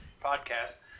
podcast